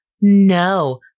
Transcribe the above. No